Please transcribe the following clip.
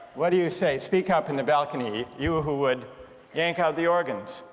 what do you say, speak up in the balcony, you who would yank out the organs,